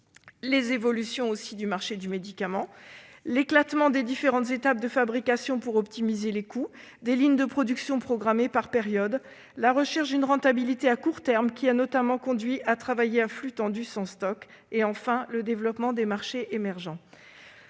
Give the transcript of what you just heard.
les évolutions du marché du médicament, avec l'éclatement des différentes étapes de fabrication pour optimiser les coûts - je pense aux lignes de production programmées par périodes -, la recherche d'une rentabilité à court terme, qui a notamment conduit à travailler à flux tendus, sans stocks et, enfin, le développement des marchés émergents.